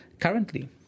currently